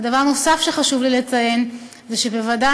ודבר נוסף שחשוב לי לציין זה שבוודאי